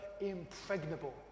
impregnable